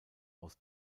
aus